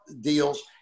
deals